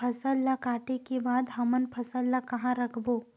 फसल ला काटे के बाद हमन फसल ल कहां रखबो?